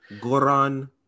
Goran